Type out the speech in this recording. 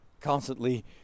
constantly